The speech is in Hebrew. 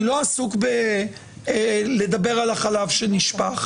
אני לא עסוק בלדבר על החלב שנשפך,